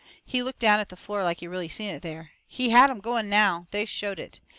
he looked down at the floor, like he really seen it there. he had em going now. they showed it.